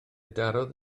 darodd